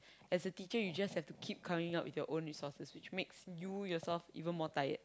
as a teacher you just have to keep coming up with your own resources which makes you yourself even more tired